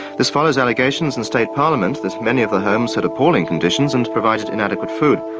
this follows allegations in state parliament that many of the homes had appalling conditions and provided inadequate food.